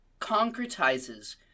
concretizes